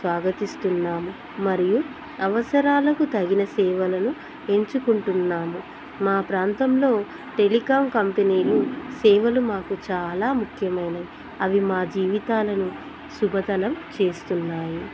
స్వాగతిస్తున్నాము మరియు అవసరాలకు తగిన సేవలను ఎంచుకుంటున్నాము మా ప్రాంతంలో టెలికాం కంపెనీలు సేవలు మాకు చాలా ముఖ్యమైనవి అవి మా జీవితాలను సులభతరం చేస్తున్నాయి